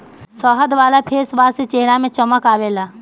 शहद वाला फेसवाश से चेहरा में चमक आवेला